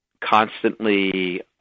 constantly